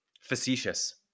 Facetious